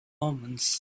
omens